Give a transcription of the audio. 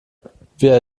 wir